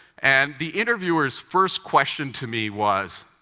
and the interviewer's first question to me was,